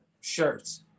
Shirts